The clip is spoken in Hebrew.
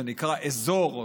זה נקרא אזור,